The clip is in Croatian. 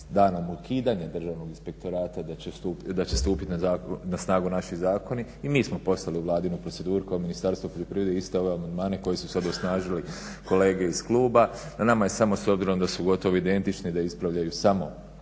danom ukidanja Državnog inspektorata da će stupiti na snagu naši zakoni. I mi smo poslali u vladinu proceduru kao Ministarstvo poljoprivrede iste ove amandmane koji su sad osnažili kolege iz kluba. Na nama je samo s obzirom da su gotovo identični, da ispravljaju samo